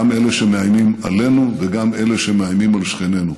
גם אלה שמאיימים אלינו וגם אלה שמאיימים על שכנינו,